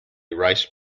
rice